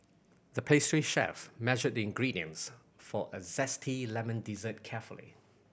the pastry chef measured the ingredients for a zesty lemon dessert carefully